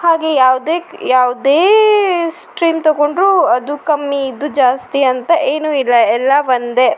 ಹಾಗೆ ಯಾವುದೇ ಯಾವುದೇ ಸ್ಟ್ರಿಮ್ ತೊಗೊಂಡರೂ ಅದು ಕಮ್ಮಿ ಇದು ಜಾಸ್ತಿ ಅಂತ ಏನೂ ಇಲ್ಲ ಎಲ್ಲ ಒಂದೇ